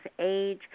age